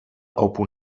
όπου